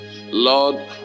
lord